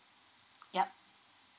yup